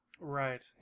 Right